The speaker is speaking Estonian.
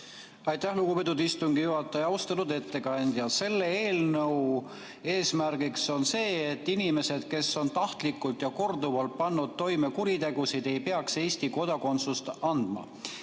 Aitäh, lugupeetud istungi juhataja! Austatud ettekandja! Selle eelnõu eesmärk on see, et inimestele, kes on tahtlikult ja korduvalt pannud toime kuritegusid, ei peaks Eesti kodakondsust andma.